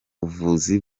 buvuzi